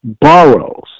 borrows